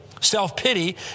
Self-pity